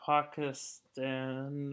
Pakistan